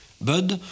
Bud